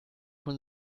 von